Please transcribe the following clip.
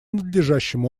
надлежащим